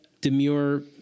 demure